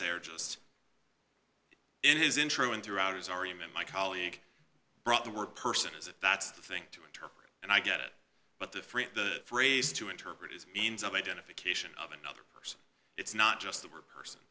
say are just in his intro and throughout his argument my colleague brought the word person as if that's the thing to interpret and i get it but the freight the phrase to interpret is a means of identification of another person it's not just the word person